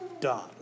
done